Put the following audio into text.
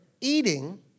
eating